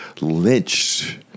lynched